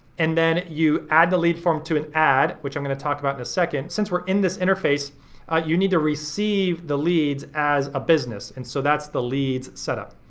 and then you add the lead form to an ad, which i'm gonna talk about in a second. since we're in this interface you need to receive the leads as a business. and so that's the leads setup.